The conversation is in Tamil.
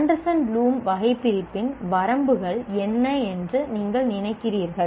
ஆண்டர்சன் ப்ளூம் வகைபிரிப்பின் வரம்புகள் என்ன என்று நீங்கள் நினைக்கிறீர்கள்